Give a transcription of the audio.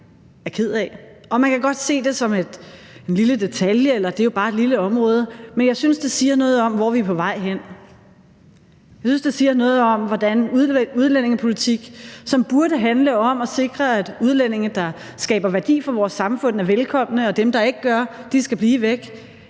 man kan godt se det som en lille detalje, eller at det jo bare er et lille område, men jeg synes, at det siger noget om, hvor vi er på vej hen. Jeg synes, at det siger noget om, hvordan en udlændingepolitik, som burde handle om at sikre, at udlændinge, der skaber værdi for vores samfund, er velkomne, og at dem, der ikke gør, skal blive væk,